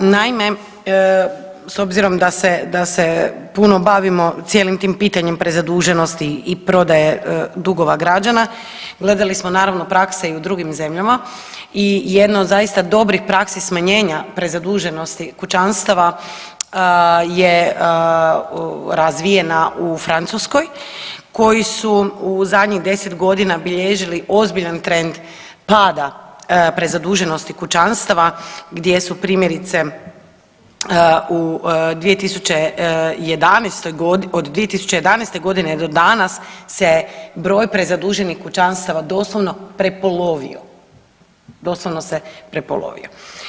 Naime, s obzirom da se, da se puno bavimo cijelim tim pitanjem prezaduženosti i prodaje dugova građana, gledali smo naravno prakse i u drugim zemljama i jedno od zaista dobrih praksi smanjenja prezaduženosti kućanstava je razvijena u Francuskoj koji su u zadnjih 10.g. bilježili ozbiljan trend pada prezaduženosti kućanstava gdje su primjerice u 2011.g., od 2011.g. do danas se broj prezaduženih kućanstava doslovno prepolovio, doslovno se prepolovio.